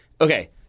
okay